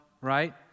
right